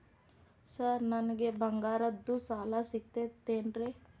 Sir ನನಗೆ ಬಂಗಾರದ್ದು ಸಾಲ ಸಿಗುತ್ತೇನ್ರೇ?